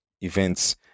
events